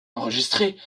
enregistrés